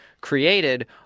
created –